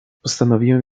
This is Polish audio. postanowiłem